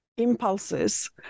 impulses